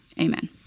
amen